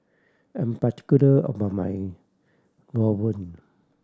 I'm particular about my rawon